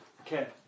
Okay